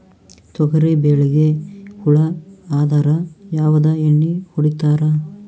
ತೊಗರಿಬೇಳಿಗಿ ಹುಳ ಆದರ ಯಾವದ ಎಣ್ಣಿ ಹೊಡಿತ್ತಾರ?